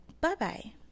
Bye-bye